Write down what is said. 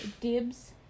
dibs